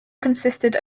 consisted